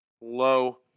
Low